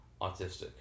autistic